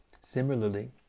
Similarly